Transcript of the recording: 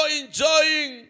enjoying